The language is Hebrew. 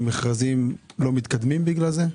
ומכרזים לא מתקדמים בגלל זה?